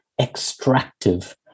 extractive